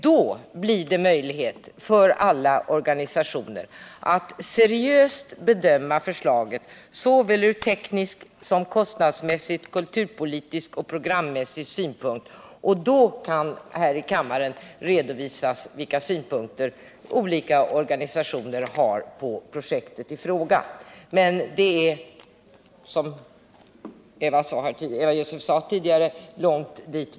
Då blir det möjligt för alla organisationer att seriöst bedöma förslaget från såväl teknisk som kostnadsmässig, kulturpolitisk och programmässig synpunkt. Då kan här i kammaren r2dovisas vilka synpunkter olika organisationer har på projektet i fråga. Men som Eva Hjelmström sade tidigare är det långt dit.